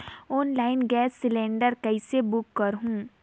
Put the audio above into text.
Online gas cylinder कइसे book करहु?